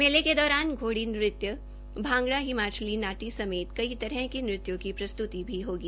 मेले के दौरान घोडी नृत्य भांगड़ा हिमाचली नाटी समेत कई तरह के नृत्यों की प्रस्त्ति भी होगी